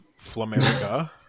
Flamerica